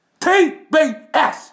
TBS